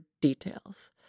details